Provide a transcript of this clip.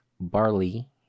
Barley